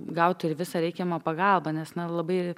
gautų ir visą reikiamą pagalbą nes na labai